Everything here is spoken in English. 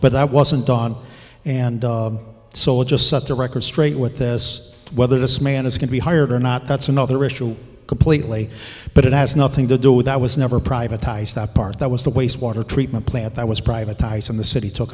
but i wasn't on and so it just set the record straight with this whether this man is going to be hired or not that's another issue completely but it has nothing to do with i was never privatized the part that was the wastewater treatment plant that was privatized in the city took